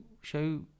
show